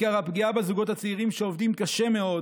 עיקר הפגיעה הוא בזוגות הצעירים שעובדים קשה מאוד